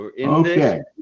Okay